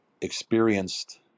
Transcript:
experienced